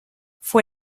fue